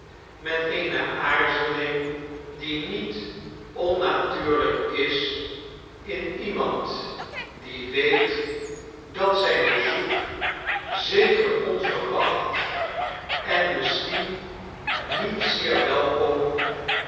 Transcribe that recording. met eene aarzeling die niet onnatuurlijk is in iemand die weet dat zijn bezoek zeker onverwacht en misschien niet zeer welkom